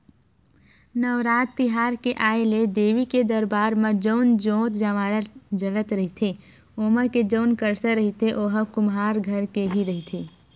नवरात तिहार के आय ले देवी के दरबार म जउन जोंत जंवारा जलत रहिथे ओमा के जउन करसा रहिथे ओहा कुम्हार घर के ही रहिथे